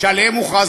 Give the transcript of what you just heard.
שעליהם הוכרז,